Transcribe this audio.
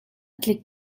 tlik